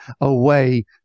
away